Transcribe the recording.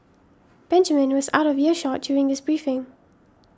Benjamin was out of earshot during this briefing